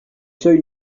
seuils